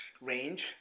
range